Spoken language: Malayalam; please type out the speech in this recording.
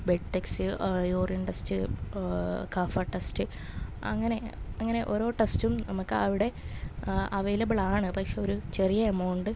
ബെഡ് ടെക്സ്റ്റ് യൂറിൻ ടെസ്റ്റ് കഫട്ടെസ്റ്റ് അങ്ങനെ അങ്ങനെ ഓരോ ടെസ്റ്റും നമുക്കവിടെ അവൈലബിളാണ് പക്ഷേ ഒരു ചെറിയ എമൗണ്ട്